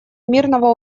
мирного